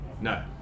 No